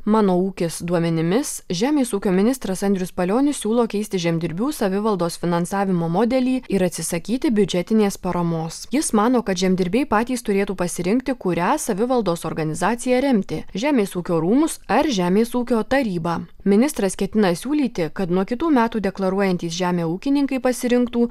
mano ūkis duomenimis žemės ūkio ministras andrius palionis siūlo keisti žemdirbių savivaldos finansavimo modelį ir atsisakyti biudžetinės paramos jis mano kad žemdirbiai patys turėtų pasirinkti kurią savivaldos organizaciją remti žemės ūkio rūmus ar žemės ūkio tarybą ministras ketina siūlyti kad nuo kitų metų deklaruojantys žemę ūkininkai pasirinktų